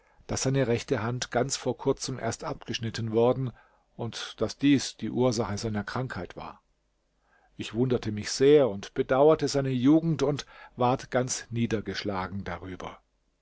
daß seine rechte hand ganz vor kurzem erst abgeschnitten worden und daß dies die ursache seiner krankheit war ich wunderte mich sehr und bedauerte seine jugend und ward ganz niedergeschlagen darüber